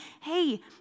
hey